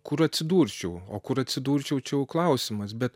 kur atsidurčiau o kur atsidurčiau čia jau klausimas bet